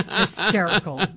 hysterical